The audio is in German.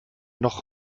noch